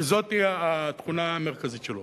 כי זאת היא התכונה המרכזית שלו.